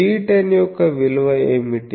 β10 యొక్క విలువ ఏమిటి